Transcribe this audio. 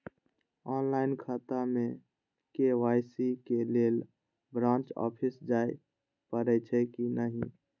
Online खाता में KYC के लेल ब्रांच ऑफिस जाय परेछै कि नहिं?